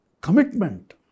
commitment